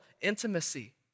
intimacy